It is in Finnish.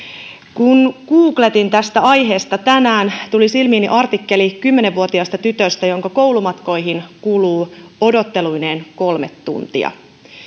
kun googletin tästä aiheesta tänään tuli silmiini artikkeli kymmenen vuotiaasta tytöstä jonka koulumatkoihin kuluu odotteluineen kolme tuntia